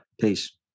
Peace